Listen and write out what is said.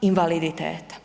invaliditeta.